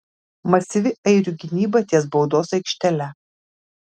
masyvi airių gynyba ties baudos aikštele